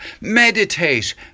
meditate